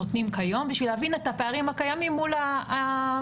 בשביל להבין את הפערים הקיימים מול המלצות